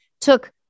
took